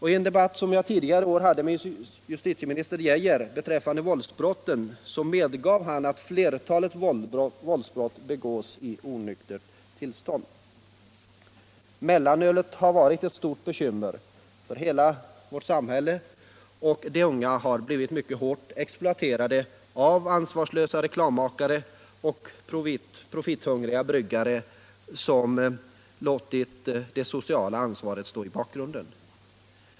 I en debatt som jag tidigare i år hade med justitieminister Geijer beträffande våldsbrotten medgav han att flertalet våldsbrott begås i onyktert tillstånd. Mellanölet har varit ett stort bekymmer för hela vårt samhälle, och de unga har blivit hårt exploaterade av ansvarslösa reklammakare och profithungriga bryggare, som låtit det sociala ansvaret stå i bakgrunden.